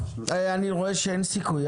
אני רואה שאין סיכוי.